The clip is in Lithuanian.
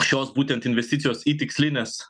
šios būtent investicijos į tikslines